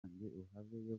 ubwo